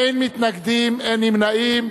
אין מתנגדים, אין נמנעים.